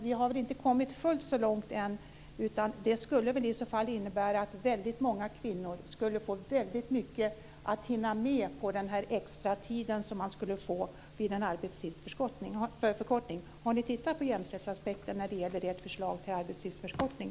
Vi har ju inte kommit fullt så långt än, så det skulle väl i så fall innebära att väldigt många kvinnor skulle få väldigt mycket att hinna med på den extratid de skulle få vid en arbetstidsförkortning. Har ni tittat på jämställdhetsaspekten när det gäller ert förslag till arbetstidsförkortning?